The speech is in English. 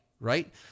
Right